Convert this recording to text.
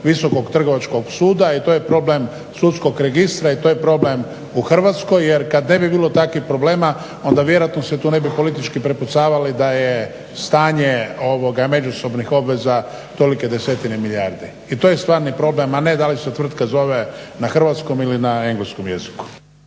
Visokog trgovačkog suda i to je problem sudskog registra i to je problem u Hrvatskoj jer kad ne bi bilo takvih problema onda vjerojatno se tu ne bi politički prepucavali da je stanje međusobnih obveza tolike desetine milijardi. I to je stvarni problem, a ne da li se tvrtka zove na hrvatskom ili na engleskom jeziku.